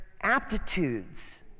aptitudes